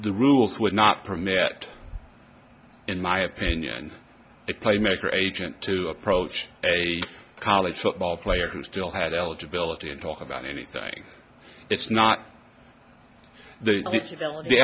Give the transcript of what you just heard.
the rules would not permit in my opinion a playmaker agent to approach a college football player who still had eligibility and talk about anything it's not the